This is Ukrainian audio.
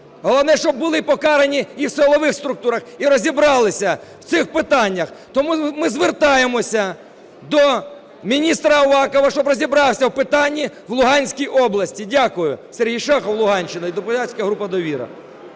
Головне, щоб були покарані і в силових структурах і розібралися в цих питаннях. Тому ми звертаємося до міністра Авакова, щоб розібрався в питанні в Луганській області. Дякую. Сергій Шахов, Луганщина, депутатська група "Довіра".